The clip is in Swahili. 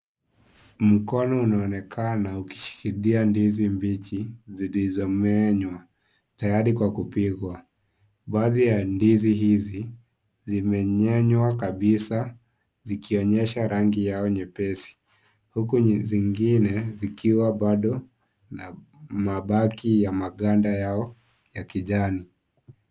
Mkono unaonekana ukishikilia ndizi mbichi zilizomenywa tayari kwa kupikwa. Baadhi ya ndizi hizi zimemenywa kabisa zikionyesha rangi yao nyepesi huku zingine zikiwa bado na mabaki ya maganda Yao ya kijani.